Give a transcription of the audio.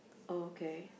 okay